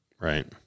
right